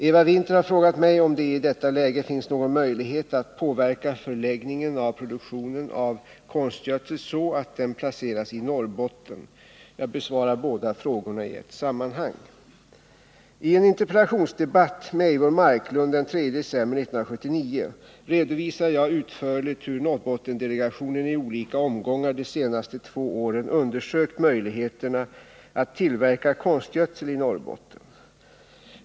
Eva Winther har frågat mig om det i detta läge finns någon möjlighet att påverka förläggningen av produktion av konstgödsel så att den placeras i Norrbotten. Jag besvarar båda frågorna i ett sammanhang. I en interpellationsdebatt med Eivor Marklund den 3 december 1979 redovisade jag utförligt hur Norrbottendelegationen i olika omgångar de senaste två åren undersökt möjligheterna att tillverka konstgödsel i Norrbotten.